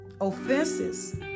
offenses